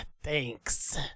thanks